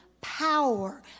power